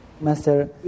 Master